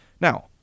Now